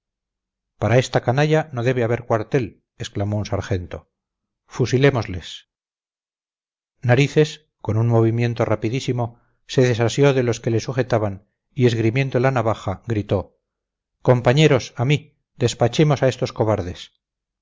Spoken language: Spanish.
para esta canalla no debe haber cuartel exclamó un sargento fusilémosles narices con un movimiento rapidísimo se desasió de los que le sujetaban y esgrimiendo la navaja gritó compañeros a mí despachemos a estos cobardes